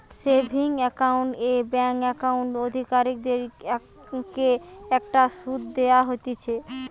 savings account এ bank account অধিকারীদের কে একটা শুধ দেওয়া হতিছে